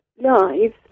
lives